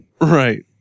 right